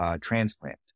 transplant